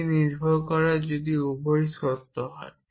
এটি নির্ভর করে যদি উভয়ই সত্য হয়